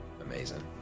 Amazing